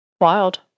Wild